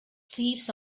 thieves